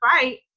fight